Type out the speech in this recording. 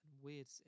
weird